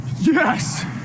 Yes